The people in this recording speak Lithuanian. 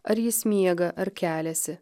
ar jis miega ar keliasi